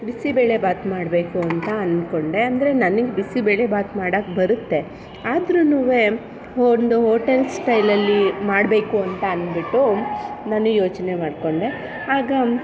ಬಿಸಿಬೇಳೆಬಾತು ಮಾಡಬೇಕು ಅಂತ ಅಂದ್ಕೊಂಡೆ ಅಂದರೆ ನನಗೆ ಬಿಸಿಬೇಳೆಬಾತು ಮಾಡೋಕೆ ಬರುತ್ತೆ ಆದ್ರೂನು ಒಂದು ಹೋಟೆಲ್ ಸ್ಟೈಲಲ್ಲಿ ಮಾಡಬೇಕು ಅಂತ ಅಂದ್ಬಿಟ್ಟು ನಾನು ಯೋಚನೆ ಮಾಡಿಕೊಂಡೆ ಆಗ